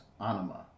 anima